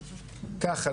ככה,